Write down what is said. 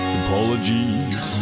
apologies